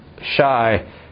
shy